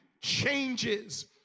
changes